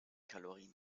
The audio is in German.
kalorien